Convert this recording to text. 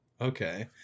Okay